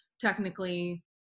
technically